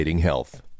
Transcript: health